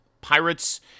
Pirates